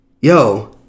Yo